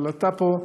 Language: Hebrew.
אבל אתה פה,